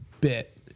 bit